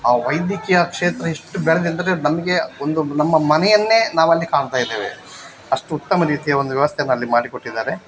ಆ ವೈದ್ಯಕೀಯ ಕ್ಷೇತ್ರ ಎಷ್ಟು ಬೆಳೆದಿದಂದ್ರೆ ನಮಗೆ ಒಂದೊಂದು ನಮ್ಮ ಮನೆಯನ್ನೇ ನಾವಲ್ಲಿ ಕಾಣ್ತಾಯಿದ್ದೇವೆ ಅಷ್ಟು ಉತ್ತಮ ರೀತಿಯ ಒಂದು ವ್ಯವಸ್ಥೆನು ಅಲ್ಲಿ ಮಾಡಿ ಕೊಟ್ಟಿದ್ದಾರೆ